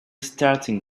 starting